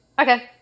okay